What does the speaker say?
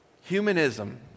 Humanism